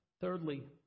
Thirdly